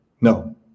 No